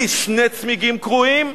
לי שני צמיגים קרועים,